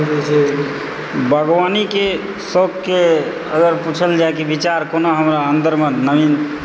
बागवानीके शौकके अगर पूछल जाइत कि विचार कोना हमरा अन्दरमे